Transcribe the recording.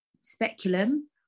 speculum